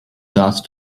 sauce